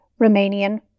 Romanian